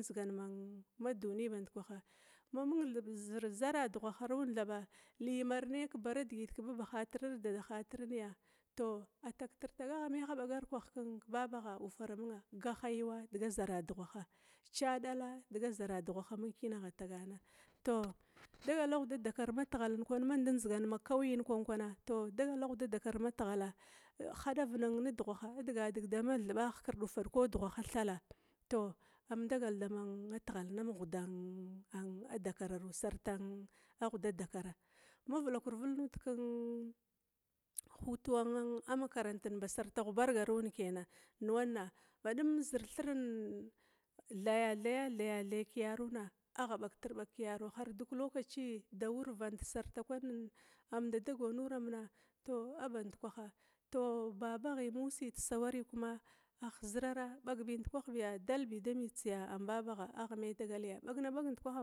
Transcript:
ndzigan ma duni ban dkwaha. Mamung zir zaradughaha ru thaba li mar naya kebaradigit kedadahatir arde babahatirya, tou agh tagtirtag agha me ɓagar kwah kebabaghya ufar awaramung, gaha yiwu, ca dala diga zara dughah amung kina, tou dagal da ghuda dakar ma tighal kwana mandi ndziga ma kauyin kwana, dagal da ghudada kar ma tighala, hadau nedughaha digadig dama thuɓa, ihkird, ufad, ma daghaha thala, tou am dagal dama tigha am ghuda dakararu sarta ghuda dakara. Ma vilakur vilg nuda kehutuwan makarantin ba sarta ghubargaru kena badum zir thirin thaya, thaya thaya thay keyaruna agha ɓagtri bəg keyaruna har dat sarti da wurvant sarta kwan am da dagaw nuram na, tou a bandkwaha, tou ma babahai ma ussi desawari kuma ahh zirara ɓagbi ndkwah biya, dalbi da mits biya am babagha agha me dagali ɓagna ɓag ndi kwaha.